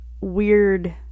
weird